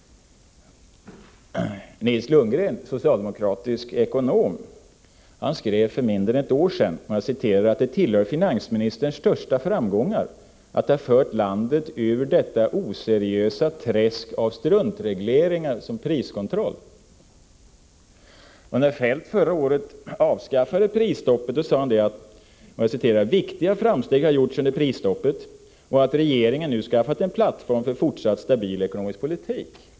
Nils Lundgren, socialdemokratisk ekonom, skrev för mindre än ett år sedan angående priskontroll: ”Det tillhör finansministerns största framgångar att ha fört landet ut ur detta oseriösa träsk av struntregleringar.” När Feldt förra året avskaffade prisstoppet sade denne att: ”viktiga framsteg gjorts under prisstoppet och att regeringen nu skaffat en plattform för fortsatt stabil ekonomisk politik”.